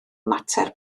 mater